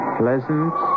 pleasant